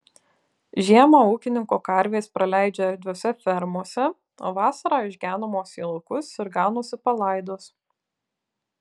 žiemą ūkininko karvės praleidžia erdviose fermose o vasarą išgenamos į laukus ir ganosi palaidos